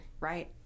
right